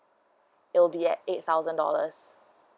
it will be at eight thousand dollars